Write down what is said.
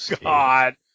God